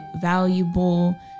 valuable